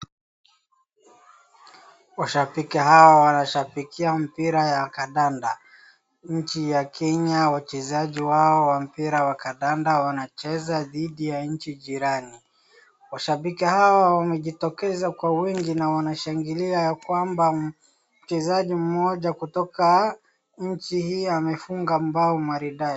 Washabiki hawa wanashabikia mpira ya kandanda, nchi ya Kenya wachezaji wao wa mpira wa kandanda wanacheza dhidi ya nchi jirani. Washabiki hawa wamejitokeza kwa wingi na wanashangilia kwamba mchezaji mmoja kutoka nchi hii amefunga bao maridadi.